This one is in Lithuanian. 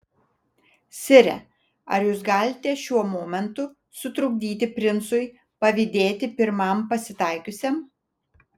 sire ar jūs galite šiuo momentu sutrukdyti princui pavydėti pirmam pasitaikiusiam